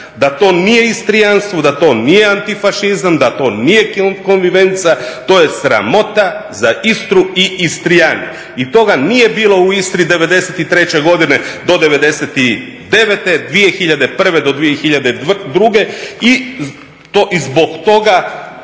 da to nije istrijanstvo, da to nije antifašizam, da to nije …, to je sramota za Istru i Istrijane i toga nije bilo u Istri '93. godine do '99., 2001. do 2002. i to i zbog toga,